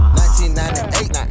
1998